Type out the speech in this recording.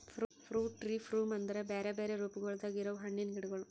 fruit tree form ಅಂದುರ್ ಬ್ಯಾರೆ ಬ್ಯಾರೆ ರೂಪಗೊಳ್ದಾಗ್ ಇರವು ಹಣ್ಣಿನ ಗಿಡಗೊಳ್